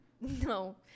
no